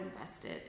invested